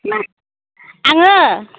मा आङो